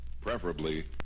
preferably